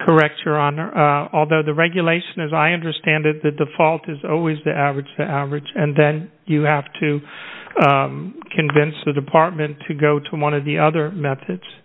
correct your honor although the regulation as i understand it the default is always the average the average and then you have to convince the department to go to one of the other methods